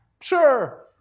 Sure